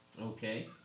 Okay